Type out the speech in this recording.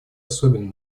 особенно